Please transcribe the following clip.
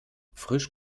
frisch